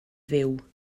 fyw